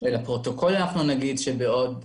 שלפרוטוקול נגיד שבעוד